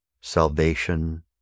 salvation